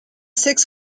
six